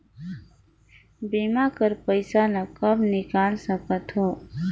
बीमा कर पइसा ला कब निकाल सकत हो?